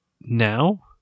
now